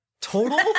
Total